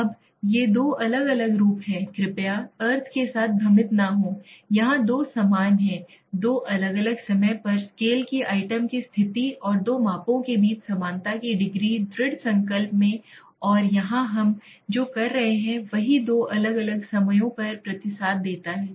अब ये दो अलग अलग रूप हैं कृपया अर्थ के साथ भ्रमित न हों यहां दो समान हैं दो अलग अलग समय पर स्केल की आइटम की स्थिति और दो मापों के बीच समानता की डिग्री दृढ़ संकल्प में और यहाँ हम जो कर रहे हैं वही दो अलग अलग समयों में प्रतिसाद देता है